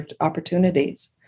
opportunities